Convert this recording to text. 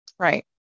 Right